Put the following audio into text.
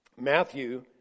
Matthew